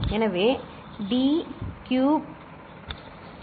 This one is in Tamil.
எனவே டி கியூப் டி4